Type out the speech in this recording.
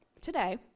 today